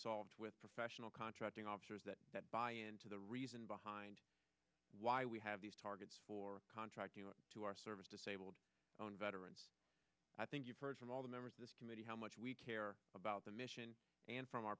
solved with professional contracting officers that buy into the reason behind why we have these targets for contracting out to our service disabled on veterans i think you've heard from all the members of this committee how much we care about the mission and from our